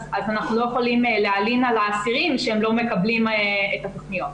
אז אנחנו לא יכולים להלין על האסירים שהם לא מקבלים את התכניות.